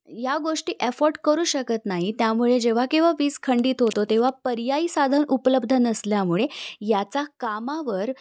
या गोष्टी ॲफोर्ट करू शकत नाही त्यामुळे जेव्हा केव्हा वीज खंडित होतो तेव्हा पर्यायी साधन उपलब्ध नसल्यामुळे याचा कामावर